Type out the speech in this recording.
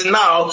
now